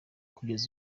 kugeza